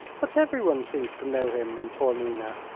but every one seems to know him in taormina.